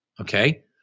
okay